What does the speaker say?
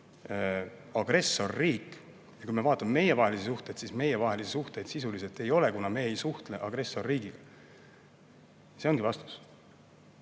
agressorriik. Ja kui me vaatame meievahelisi suhteid, siis meievahelisi suhteid sisuliselt ei ole, kuna me ei suhtle agressorriigiga. See ongi vastus.